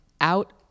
out